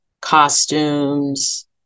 costumes